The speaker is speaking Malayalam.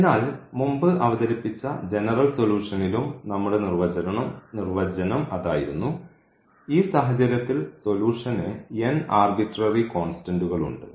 അതിനാൽ മുമ്പ് അവതരിപ്പിച്ച ജനറൽ സൊല്യൂഷനിലും നമ്മുടെ നിർവചനം അതായിരുന്നു ഈ സാഹചര്യത്തിൽ സൊലൂഷന് ആർബിട്രറി കോൺസ്റ്റന്റ്കൾ ഉണ്ട്